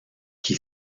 qui